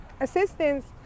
assistance